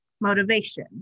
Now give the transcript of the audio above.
motivation